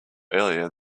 earlier